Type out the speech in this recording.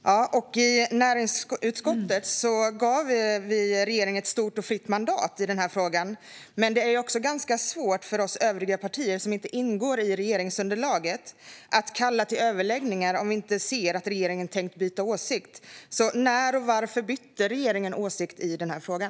Fru talman! I näringsutskottet gav vi regeringen ett stort och fritt mandat i den här frågan, men det är också ganska svårt för oss övriga partier som inte ingår i regeringsunderlaget att kalla till överläggningar om vi inte ser att regeringen tänkt byta åsikt. När och varför bytte regeringen åsikt i frågan?